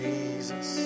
Jesus